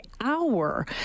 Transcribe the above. hour